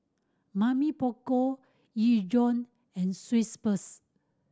Mamy Poko Ezion and Schweppes